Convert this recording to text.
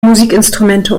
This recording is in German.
musikinstrumente